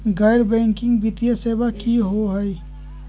गैर बैकिंग वित्तीय सेवा की होअ हई?